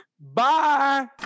Bye